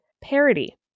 parody